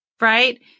right